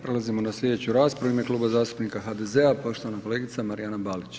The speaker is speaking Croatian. Prelazimo na sljedeću raspravu. u ime Kluba zastupnika HDZ-a poštovana kolegica Marijana Balić.